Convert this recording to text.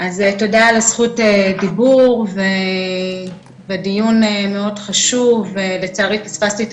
תודה על הזכות דיבור והדיון מאוד חשוב ולצערי פספסתי את